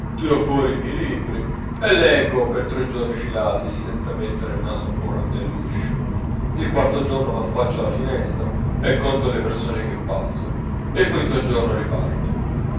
tiro fuori i miei libri e leggo per tre giorni filati senza mettere il naso fuor dell'uscio il quarto giorno m'affaccio alla finestra e conto le persone che passano il quinto giorno riparto